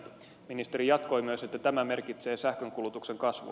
ministeri jatkoi myös että tämä merkitsee sähkönkulutuksen kasvua